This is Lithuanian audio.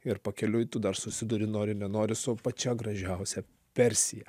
ir pakeliui tu dar susiduri nori nenori su pačia gražiausia persija